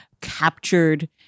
captured